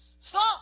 Stop